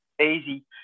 easy